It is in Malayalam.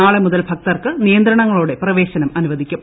നാളെ മുതൽ ഭക്തർക്ക് നിയന്ത്രണങ്ങളോടെ പ്രവേശനം അനുവദിക്കും